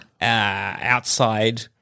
outside